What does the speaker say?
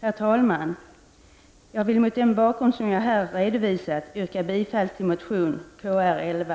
Herr talman! Jag vill mot den bakgrund som jag här redovisat yrka bifall till motion Krl11.